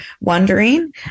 wondering